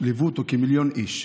שליוו אותו כמיליון איש.